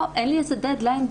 פה אין לי איזה דד-ליין,